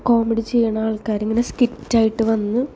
comedy ചെയ്യുന്ന ആൾക്കാരിങ്ങനെ സ്കിറ്റായിട്ട് വന്ന്